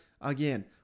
again